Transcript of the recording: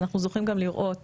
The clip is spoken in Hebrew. אנחנו זוכים גם לראות